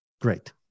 great